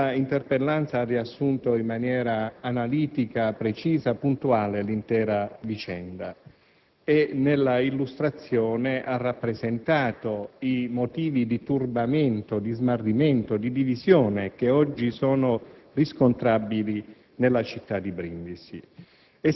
Il senatore Curto nell'interpellanza ha riassunto in maniera analitica, precisa e puntuale l'intera vicenda e nell'illustrazione ha rappresentato i motivi di turbamento, di smarrimento, di divisione che oggi sono riscontrabili